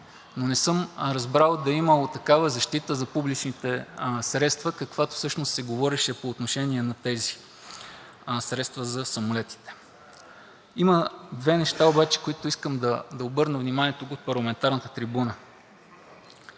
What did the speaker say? Но не съм разбрал да е имало такава защита за публичните средства, каквато всъщност се говореше по отношение на тези средства за самолетите. Има две неща обаче, на които искам да обърна внимание тук, от парламентарната трибуна.